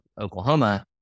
Oklahoma